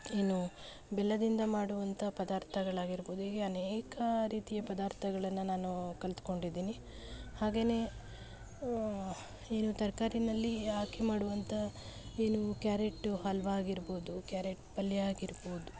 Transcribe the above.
ಏನು ಬೆಲ್ಲದಿಂದ ಮಾಡುವಂಥ ಪದಾರ್ಥಗಳಾಗಿರ್ಬೋದು ಹೀಗೆ ಅನೇಕ ರೀತಿಯ ಪದಾರ್ಥಗಳನ್ನು ನಾನು ಕಲಿತ್ಕೊಂಡಿದ್ದೀನಿ ಹಾಗೆಯೇ ಇನ್ನು ತರ್ಕಾರಿಯಲ್ಲಿ ಹಾಕಿ ಮಾಡುವಂಥ ಏನು ಕ್ಯಾರೆಟ್ ಹಲ್ವ ಆಗಿರ್ಬೋದು ಕ್ಯಾರೆಟ್ ಪಲ್ಯ ಆಗಿರ್ಬೋದು